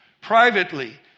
privately